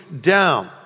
down